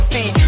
See